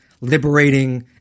liberating